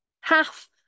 half